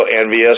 envious